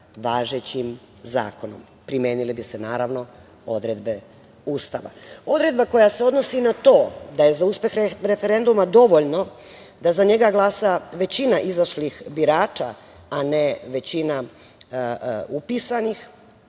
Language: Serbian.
važećim zakonom. Primenile bi se, naravno, odredbe Ustava. Odredba koja se odnosi na to da je za uspeh referenduma dovoljno da za njega glasa većina izašlih birača, a ne većina upisanih,